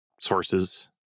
sources